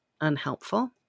unhelpful